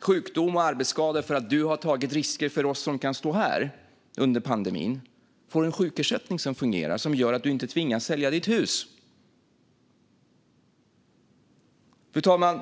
sjukdom och arbetsskada för att du har tagit risker för oss som kan stå här under pandemin får en sjukersättning som fungerar som gör att du inte tvingas sälja ditt hus? Fru talman!